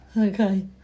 Okay